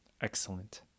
Excellent